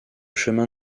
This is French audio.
chemin